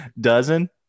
dozen